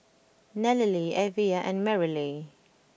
Nallely Evia and Merrily